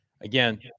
again